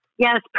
Yes